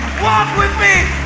walk with me.